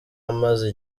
amaze